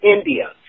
India